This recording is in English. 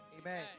Amen